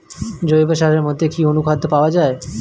জৈব সারের মধ্যে কি অনুখাদ্য পাওয়া যায়?